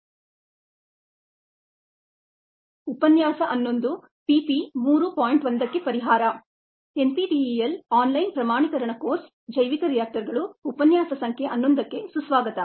NPTEL online ಪ್ರಮಾಣೀಕರಣ course ಜೈವಿಕ ರಿಯಾಕ್ಟರ್ಗಳು ಉಪನ್ಯಾಸ ಸಂಖ್ಯೆ 11 ಕ್ಕೆ ಸುಸ್ವಾಗತ